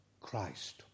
Christ